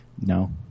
No